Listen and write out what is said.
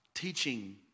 Teaching